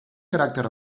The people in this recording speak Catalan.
caràcter